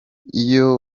iyo